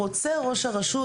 רוצה ראש הרשות,